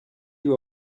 you